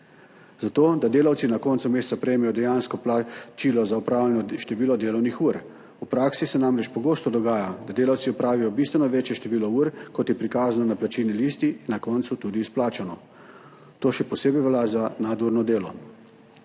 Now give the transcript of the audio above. zato, da delavci na koncu meseca prejmejo dejansko plačilo za opravljeno število delovnih ur. V praksi se namreč pogosto dogaja, da delavci opravijo bistveno večje število ur, kot je prikazano na plačilni listi in na koncu tudi izplačano. To še posebej velja za nadurno delo.